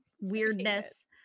Weirdness